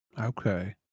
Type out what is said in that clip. Okay